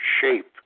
shape